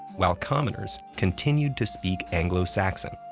while commoners continued to speak anglo-saxon.